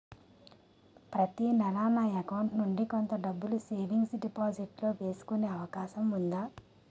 ప్రతి నెల నా అకౌంట్ నుండి కొంత డబ్బులు సేవింగ్స్ డెపోసిట్ లో వేసుకునే అవకాశం ఉందా?